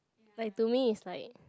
like to me is like